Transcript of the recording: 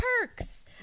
perks